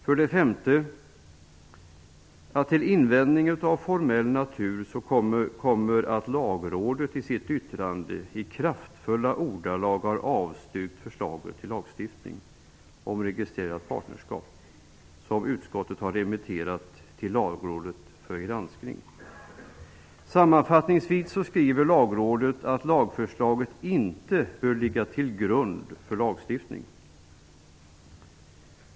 För det femte: Till invändningarna av formell natur kommer att Lagrådet i sitt yttrande i kraftfulla ordalag har avstyrkt det förslag till lagstiftning om registrerat partnerskap som utskottet remitterade till Lagrådet för granskning. Sammanfattningsvis skriver Lagrådet att lagförslaget inte bör ligga till grund för lagstiftning.